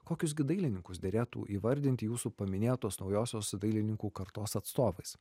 kokius gi dailininkus derėtų įvardinti jūsų paminėtos naujosios dailininkų kartos atstovais